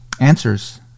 answers